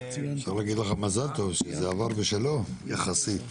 אפשר להגיד לך מזל טוב שזה עבר בשלום יחסית.